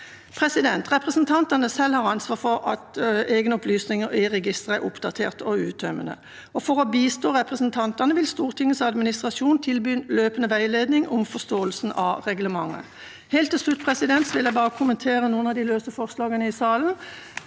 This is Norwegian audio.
reglementet. Representantene har selv ansvar for at egne opplysninger i registeret er oppdaterte og uttømmende. For å bistå representantene vil Stortingets administrasjon tilby løpende veiledning om forståelse av reglementet. Helt til slutt vil jeg bare kommentere noen av de løse forslagene i salen,